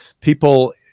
people